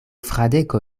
fradeko